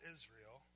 Israel